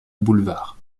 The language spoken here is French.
boulevard